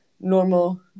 normal